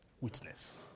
Witness